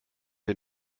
wir